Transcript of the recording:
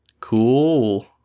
Cool